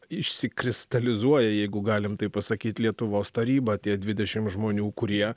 išsikristalizuoja jeigu galim taip pasakyt lietuvos taryba tie dvidešimt žmonių kurie